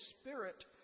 spirit